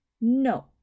No